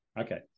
okay